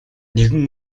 нэгэн